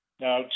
Now